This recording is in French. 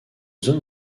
zone